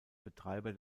betreiber